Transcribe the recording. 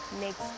next